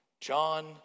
John